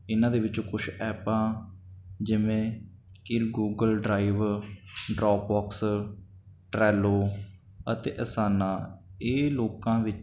ਇਹਨਾਂ ਦੇ ਵਿੱਚੋਂ ਕੁਛ ਐਪਾਂ ਜਿਵੇਂ ਕਿ Google Drive Dropbox Trello ਅਤੇ ਆਸਾਨਾ ਇਹ ਲੋਕਾਂ ਵਿੱਚ